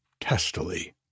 testily